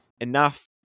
enough